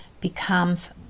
becomes